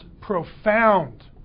profound